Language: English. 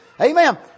Amen